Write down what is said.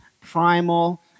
primal